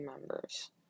members